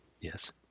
Yes